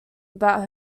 about